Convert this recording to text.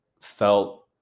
felt